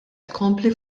tkompli